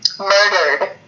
Murdered